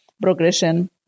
progression